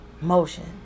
Motion